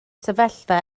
sefyllfa